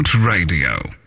Radio